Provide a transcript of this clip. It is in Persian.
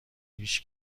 هیچ